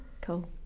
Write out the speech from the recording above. Cool